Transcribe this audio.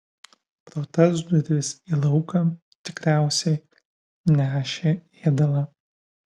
pro tas duris į lauką tikriausiai nešė ėdalą